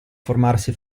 formarsi